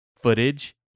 footage